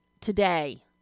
today